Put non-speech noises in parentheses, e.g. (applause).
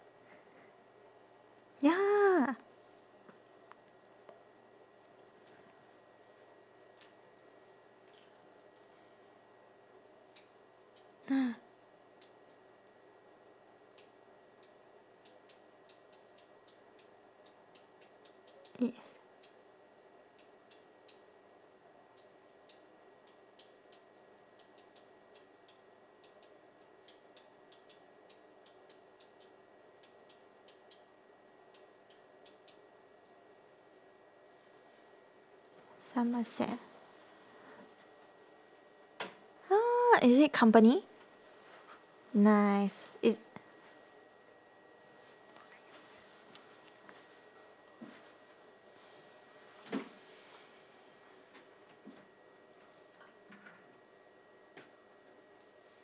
ya somerset (noise) is it company nice is